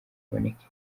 haboneke